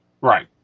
right